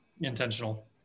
intentional